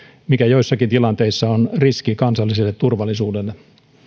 mikä joissakin tilanteissa on riski kansalliselle turvallisuudelle